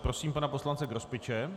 Prosím pana poslance Grospiče.